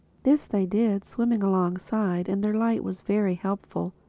this they did, swimming alongside and their light was very helpful,